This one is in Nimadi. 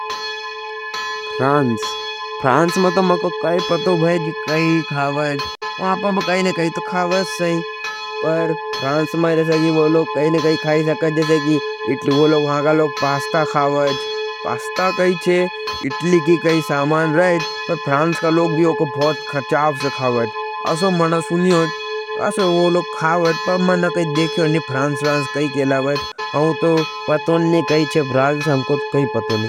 France, France में तो क्या पता भाई कई खवाच। वहाँ पर कई ना कई तो खवाच, पर फ्रांस में वा लोग कहीं ना कहीं खायी सके। वहाँ का लोग पास्ता खवाच, पास्ता कई छे, इडली का कई समान छे। फ्रांस का लोग वो बदे चाव से खावत, ऐसो मेनो सुनी हो, कही देख्यो नी फ्रांस व्रांस खाई ख़बत। पाटो नी कहा छे फ्रांस हमको तो पता नी।